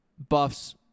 Buffs